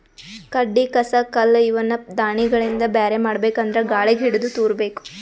ಕಡ್ಡಿ ಕಸ ಕಲ್ಲ್ ಇವನ್ನ ದಾಣಿಗಳಿಂದ ಬ್ಯಾರೆ ಮಾಡ್ಬೇಕ್ ಅಂದ್ರ ಗಾಳಿಗ್ ಹಿಡದು ತೂರಬೇಕು